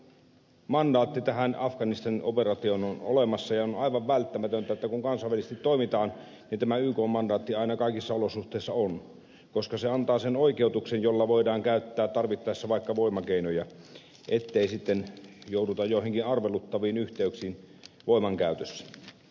ykn mandaatti tähän afganistan operaatioon on olemassa ja on aivan välttämätöntä että kun kansainvälisesti toimitaan niin tämä ykn mandaatti aina kaikissa olosuhteissa on koska se antaa sen oikeutuksen jonka perusteella voidaan käyttää tarvittaessa vaikka voimakeinoja ettei sitten jouduta joihinkin arveluttaviin yhteyksiin voimankäytössä